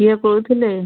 କିଏ କହୁଥିଲେ